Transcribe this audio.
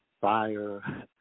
fire